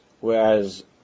whereas